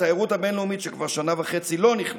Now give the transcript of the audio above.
התיירות הבין-לאומית שכבר שנה וחצי לא נכנסת.